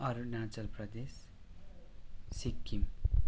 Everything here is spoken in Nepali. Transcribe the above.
अरूणाचल प्रदेश सिक्किम